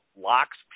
locks